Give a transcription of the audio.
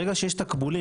ברגע שיש תקבולים,